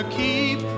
keep